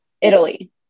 Italy